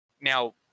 Now